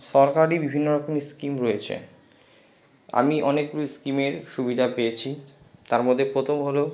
সরকারি বিভিন্ন রকম স্কিম রয়েছে আমি অনেকগুলি স্কিমের সুবিধা পেয়েছি তার মধ্যে প্রথম হলো